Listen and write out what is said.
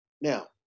now